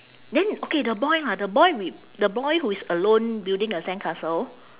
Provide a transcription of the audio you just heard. then okay the boy ha the boy with the boy who is alone building a sandcastle